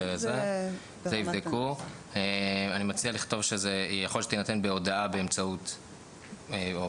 אני מציע לכתוב: "יכול שתינתן בהודעה באמצעי דיגיטלי".